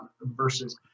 versus